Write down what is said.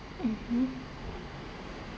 mmhmm